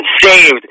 saved –